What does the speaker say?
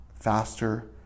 Faster